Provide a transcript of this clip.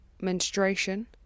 menstruation